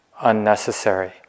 unnecessary